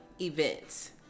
events